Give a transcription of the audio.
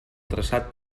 traçat